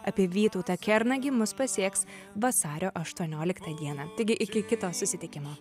apie vytautą kernagį mus pasieks vasario aštuonioliktą dieną taigi iki kito susitikimo